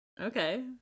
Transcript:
okay